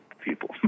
people